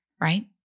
right